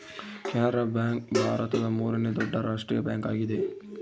Canara bank ಭಾರತದ ಮೂರನೇ ದೊಡ್ಡ ರಾಷ್ಟ್ರೀಯ ಬ್ಯಾಂಕ್ ಆಗಿದೆ